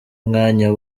umwanya